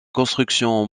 constructions